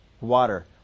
Water